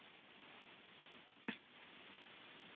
ஆ சரிங்க சார் நாங்கள் எட்டரைக்கி வரணுங்களா